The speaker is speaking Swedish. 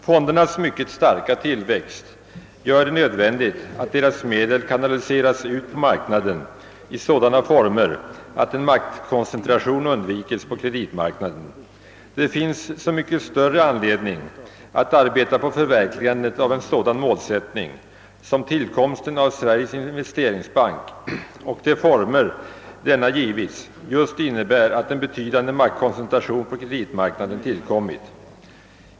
Fondernas mycket starka tillväxt gör det nödvändigt att deras medel kanaliseras ut på marknaden i sådana former att en maktkoncentration undvikes på kreditmarknaden. Det finns så mycket större anledning att arbeta på ett förverkligande av den målsättningen efter tillkomsten av Sveriges investeringsbank ty de former denna bank erhållit innebär just att en betydande maktkoncentration på <:kreditmarknaden uppkommit.